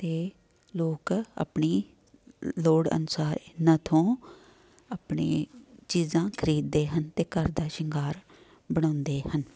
ਅਤੇ ਲੋਕ ਆਪਣੀ ਲੋੜ ਅਨੁਸਾਰ ਇਹਨਾਂ ਤੋਂ ਆਪਣੇ ਚੀਜ਼ਾਂ ਖਰੀਦਦੇ ਹਨ ਅਤੇ ਘਰਦਾ ਸ਼ਿੰਗਾਰ ਬਣਾਉਂਦੇ ਹਨ